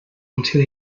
until